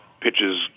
pitches